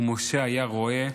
"ומשה היה רֹעה".